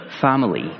family